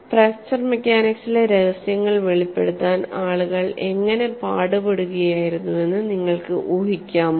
fracture മെക്കാനിക്സിലെ രഹസ്യങ്ങൾ വെളിപ്പെടുത്താൻ ആളുകൾ എങ്ങനെ പാടുപെടുകയായിരുന്നുവെന്ന് നിങ്ങൾക്ക് ഊഹിക്കാമോ